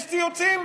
יש ציוצים.